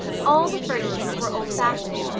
all the furnishings were old-fashioned,